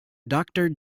doctor